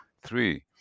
Three